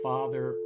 Father